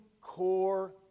core